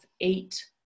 eight